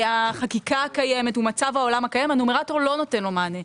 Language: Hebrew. מהחקיקה הקיימת או ממצב העולם הקיים הנומרטור לא נותן לו מענה.